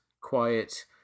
quiet